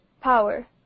power